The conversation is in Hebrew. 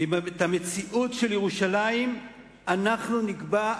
ואת המציאות של ירושלים אנחנו נקבע,